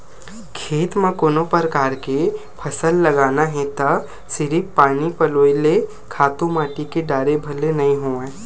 खेत म कोनो परकार के फसल लगाना हे त सिरिफ पानी पलोय ले, खातू माटी के डारे भर ले नइ होवय